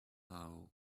how